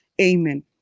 Amen